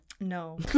No